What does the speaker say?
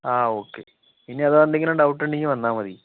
ആ ഒക്കേ ഇനി അതിലെന്തെങ്കിലും ഡൗട്ട് ഉണ്ടെങ്കിൽ വന്നാൽ മതി